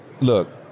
look